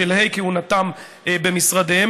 בשלהי כהונתם במשרדיהם,